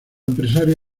empresario